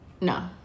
No